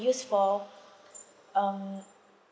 use for um